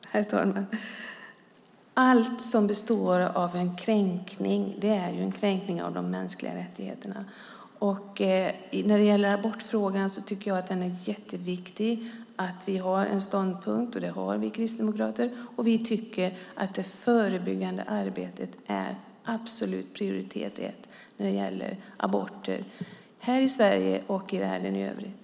Herr talman! Allt som består av en kränkning är en kränkning av de mänskliga rättigheterna. När det gäller abortfrågan tycker jag att det är jätteviktigt att vi har en ståndpunkt, och det har vi kristdemokrater. Vi tycker att det förebyggande arbetet absolut är prioritet ett när det gäller aborter här i Sverige och i världen i övrigt.